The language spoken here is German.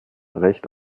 recht